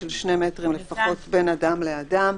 של שני מטרים לפחות בין אדם לאדם,